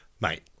mate